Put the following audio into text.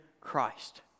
Christ